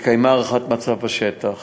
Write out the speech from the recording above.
התקיימה הערכת מצב בשטח